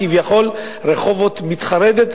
כביכול רחובות מתחרדת,